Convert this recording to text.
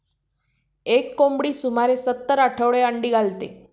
एक कोंबडी सुमारे सत्तर आठवडे अंडी घालते